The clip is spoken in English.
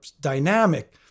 dynamic